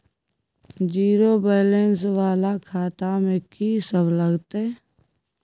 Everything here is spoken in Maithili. जीरो बैलेंस वाला खाता में की सब लगतै?